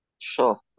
Sure